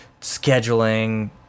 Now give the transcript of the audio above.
scheduling